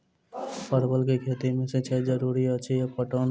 परवल केँ खेती मे सिंचाई जरूरी अछि या पटौनी?